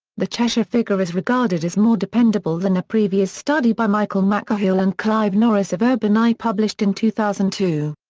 the cheshire figure is regarded as more dependable than a previous study by michael mccahill and clive norris of urbaneye published in two thousand and two.